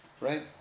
right